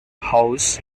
house